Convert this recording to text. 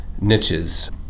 niches